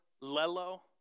Lello